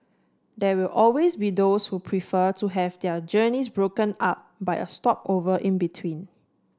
there will always be those who prefer to have their journeys broken up by a stopover in between